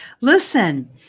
Listen